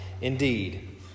Indeed